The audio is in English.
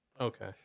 Okay